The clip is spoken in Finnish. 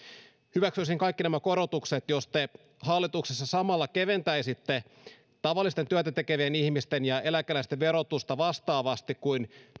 hyväksyisin kaikki nämä korotukset jos te hallituksessa samalla keventäisitte tavallisten työtätekevien ihmisten ja eläkeläisten verotusta vastaavasti kuin